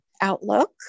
outlook